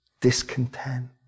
discontent